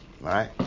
right